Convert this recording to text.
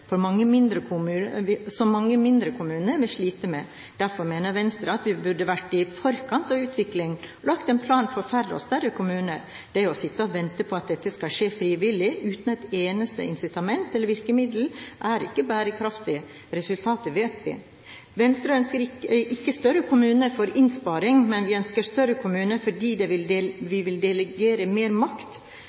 mange mindre kommuner vil slite med. Derfor mener Venstre at vi burde vært i forkant av utviklingen og lagt en plan for færre og større kommuner. Det å sitte og vente på at dette skal skje frivillig, uten et eneste incitament eller virkemiddel, er ikke bærekraftig. Resultatet vet vi. Venstre ønsker ikke større kommuner for å få innsparing. Vi ønsker større kommuner fordi vi vil delegere mer makt – mer makt